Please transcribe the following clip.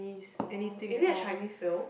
orh is it a Chinese film